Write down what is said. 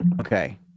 okay